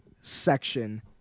section